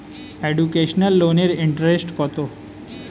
Educational লোনের interest কত?